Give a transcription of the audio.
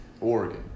Oregon